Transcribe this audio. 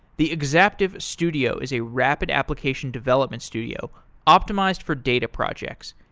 the exaptive studio is a rapid application development studio optimized for data projects.